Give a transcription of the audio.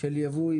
של יבוא,